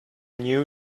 new